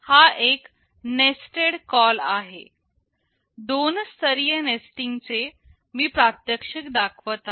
हा एक nested call आहे दोन स्तरीय नेस्टिंग चे मी प्रात्यक्षिक दाखवत आहे